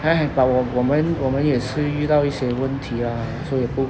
还 but 我我们我们也是遇到一些问题 lah 所以不